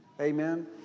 Amen